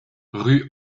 rue